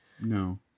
No